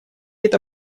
это